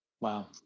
Wow